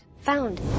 Found